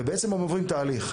ובעצם הם עוברים תהליך.